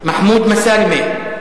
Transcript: מחמוד מסאלמה,